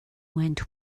went